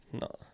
no